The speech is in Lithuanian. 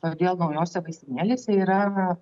todėl naujose vaistinėlėse yra